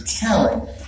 talent